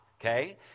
okay